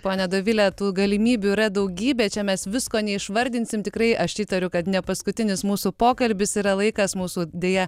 ponia dovilė tų galimybių yra daugybė čia mes visko neišvardinsim tikrai aš įtariu kad nepaskutinis mūsų pokalbis yra laikas mūsų deja